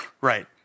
Right